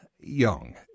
Young